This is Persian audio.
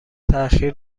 تاخیر